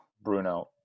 bruno